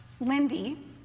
Lindy